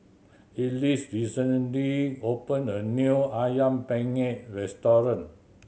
Ellis recently opened a new Ayam Penyet restaurant